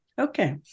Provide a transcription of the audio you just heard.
Okay